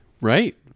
Right